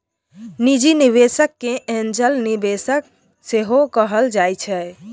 निजी निबेशक केँ एंजल निबेशक सेहो कहल जाइ छै